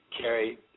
Carrie